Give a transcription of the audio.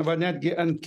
va netgi ant